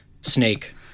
Snake